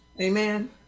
Amen